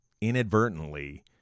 inadvertently